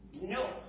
No